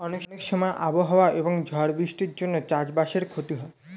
অনেক সময় আবহাওয়া এবং ঝড় বৃষ্টির জন্যে চাষ বাসের ক্ষতি হয়